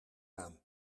raam